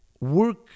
work